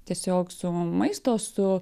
tiesiog su maisto su